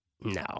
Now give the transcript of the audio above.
No